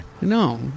No